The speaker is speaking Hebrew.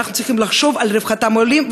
ואנחנו צריכים לחשוב על רווחת העולים,